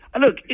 Look